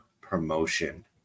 promotion